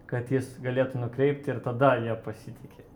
kad jis galėtų nukreipt ir tada jie pasitiki